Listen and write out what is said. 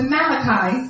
Malachi